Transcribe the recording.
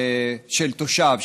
של תושב,